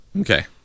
Okay